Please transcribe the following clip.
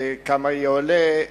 כמה עולה,